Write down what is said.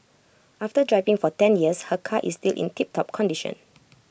after driving for ten years her car is still in tiptop condition